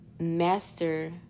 master